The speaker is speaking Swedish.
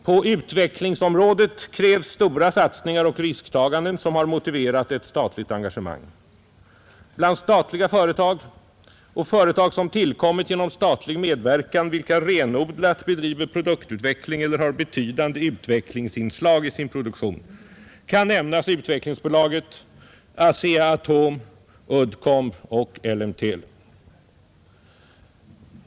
På utvecklingsområdet krävs stora satsningar och risktaganden som har motiverat ett statligt engagemang. Bland statliga företag och företag som tillkommit genom statlig medverkan, vilka renodlat bedriver produktutveckling eller har betydande utvecklingsinslag i sin produktion, kan nämnas Utvecklingsbolaget, ASEA-Atom, Uddcomb och ELLEMTEL.